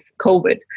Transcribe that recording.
COVID